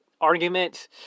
argument